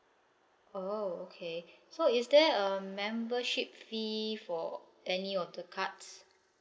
oh okay so is there a membership fee for any of the cards